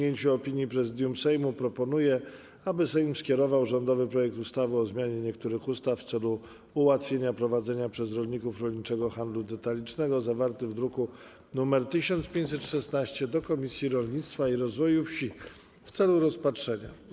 Marszałek Sejmu, po zasięgnięciu opinii Prezydium Sejmu, proponuje, aby Sejm skierował rządowy projekt ustawy o zmianie niektórych ustaw w celu ułatwienia prowadzenia przez rolników rolniczego handlu detalicznego, zawarty w druku nr 1516, do Komisji Rolnictwa i Rozwoju Wsi w celu rozpatrzenia.